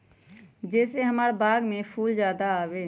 जे से हमार बाग में फुल ज्यादा आवे?